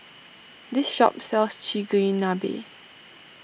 this shop sells Chigenabe